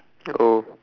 oh